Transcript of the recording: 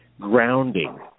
grounding